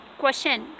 question